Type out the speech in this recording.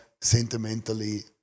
sentimentally